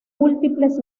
múltiples